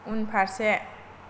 उनफारसे